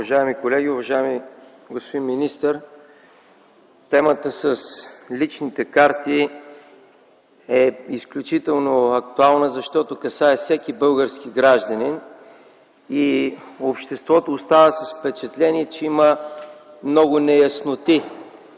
Уважаеми колеги! Уважаеми господин министър, темата с личните карти е изключително актуална, защото касае всеки български гражданин и обществото остава с впечатление, че има много неясноти.